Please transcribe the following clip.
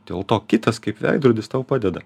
dėl to kitas kaip veidrodis tau padeda